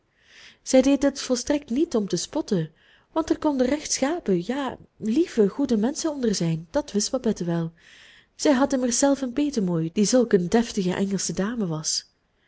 zij deed dit volstrekt niet om te spotten want er konden rechtschapen ja lieve goede menschen onder zijn dat wist babette wel zij had immers zelf een petemoei die zulk een deftige engelsche dame was